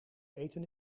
eten